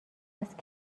است